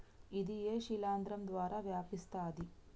ఇది ఏ శిలింద్రం ద్వారా వ్యాపిస్తది?